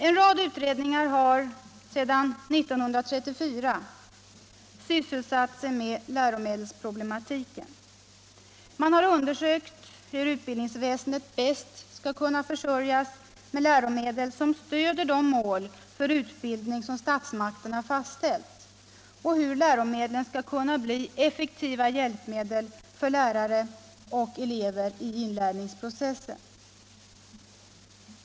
En rad utredningar har alltsedan 1934 sysselsatt sig med läromedelsproblematiken. Man har undersökt hur utbildningsväsendet bäst skall kunna försörjas med läromedel, som stöder de mål för utbildningen som statsmakterna fastställt, och hur läromedlen skall kunna bli effektiva hjälpmedel för lärare och elever i inlärningsprocessen.